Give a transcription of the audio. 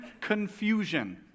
Confusion